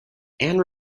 and